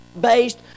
based